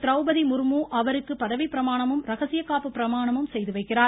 திரௌபதி முர்மு அவருக்கு பதவி பிரமாணமும் ரகசியகாப்பு பிரமாணமும் செய்து வைக்கிறார்